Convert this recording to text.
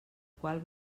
qual